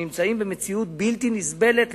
שנמצאים במציאות בלתי נסבלת,